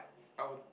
I would